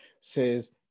Says